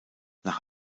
nach